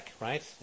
right